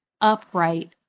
upright